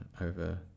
over